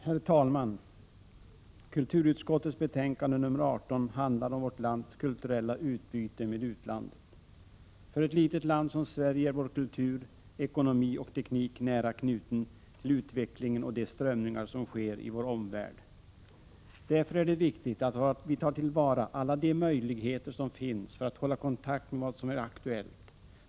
Herr talman! Kulturutskottets betänkande nr 18 handlar om vårt lands kulturella utbyte med utlandet. För ett litet land som Sverige är vår kultur, ekonomi och teknik nära knuten till utvecklingen och strömningarna i vår omvärld. Därför är det viktigt att vi tar till vara alla de möjligheter som finns för att hålla kontakt med vad som är aktuellt.